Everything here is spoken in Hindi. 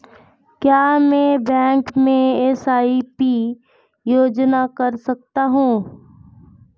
क्या मैं बैंक में एस.आई.पी योजना कर सकता हूँ?